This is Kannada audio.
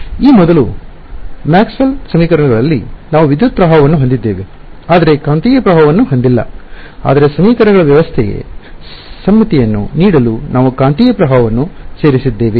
ಈ ಮೊದಲು ಮ್ಯಾಕ್ಸ್ವೆಲ್ನ Maxwell's equations ಸಮೀಕರಣಗಳಲ್ಲಿ ನಾವು ವಿದ್ಯುತ್ ಪ್ರವಾಹವನ್ನು ಹೊಂದಿದ್ದೇವೆ ಆದರೆ ಕಾಂತೀಯ ಪ್ರವಾಹವನ್ನು ಹೊಂದಿಲ್ಲ ಆದರೆ ಸಮೀಕರಣಗಳ ವ್ಯವಸ್ಥೆಗೆ ಸಮ್ಮಿತಿಯನ್ನು ನೀಡಲು ನಾವು ಕಾಂತೀಯ ಪ್ರವಾಹವನ್ನು ಸೇರಿಸಿದ್ದೇವೆ